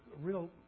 real